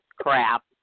Crap